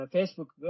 Facebook